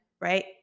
right